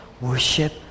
worship